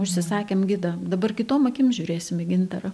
užsisakėm gidą dabar kitom akim žiūrėsim į gintarą